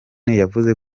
yavuze